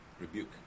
rebuke